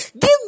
give